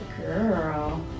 girl